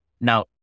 Now